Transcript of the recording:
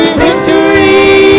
victory